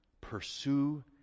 Pursue